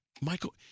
Michael